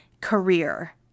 career